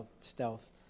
stealth